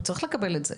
הוא כן צריך לקבל את זה,